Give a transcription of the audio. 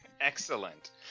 Excellent